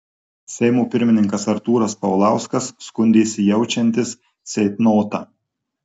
seimo pirmininkas artūras paulauskas skundėsi jaučiantis ceitnotą